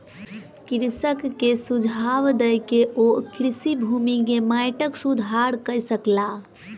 कृषक के सुझाव दय के ओ कृषि भूमि के माइटक सुधार कय सकला